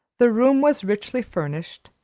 the room was richly furnished,